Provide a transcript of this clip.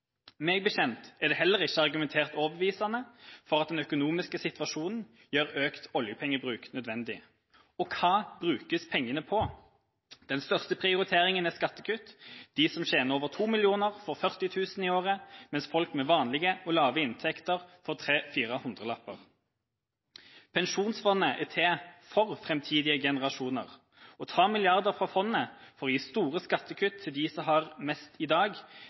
Meg bekjent er det heller ikke argumentert overbevisende for at den økonomiske situasjonen gjør økt oljepengebruk nødvendig. Og hva brukes pengene på? Den største prioriteringa er skattekutt. De som tjener over 2 mill. kr, får 40 000 kr i året, mens folk med vanlige og lave inntekter får tre–fire hundrelapper. Pensjonsfondet er til for framtidige generasjoner. Å ta milliarder fra fondet for å gi store skattekutt til dem som har mest i dag,